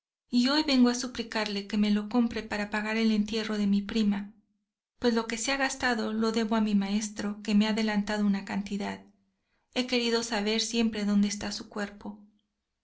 y hoy vengo a suplicarle que me lo compre para pagar el entierro de mi prima pues lo que se ha gastado lo debo a mi maestro que me ha adelantado una cantidad he querido saber siempre dónde está su cuerpo